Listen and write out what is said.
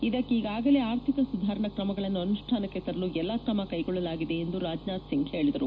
ಇದಕ್ಕೆ ಈಗಾಗಲೇ ಆರ್ಥಿಕ ಸುಧಾರಣೆ ಕ್ರಮಗಳನ್ನು ಅನುಷ್ಠಾನಕ್ಕೆ ತರಲು ಎಲ್ಲ ಕ್ರಮ ಕೈಗೊಳ್ಳಲಾಗಿದೆ ಎಂದು ರಾಜ್ನಾಥ್ ಸಿಂಗ್ ಹೇಳಿದರು